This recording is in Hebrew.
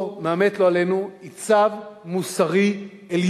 או מן המת, לא עלינו, היא צו מוסרי עליון,